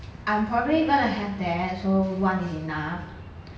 I'm probably gonna have that so one is enough